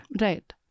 Right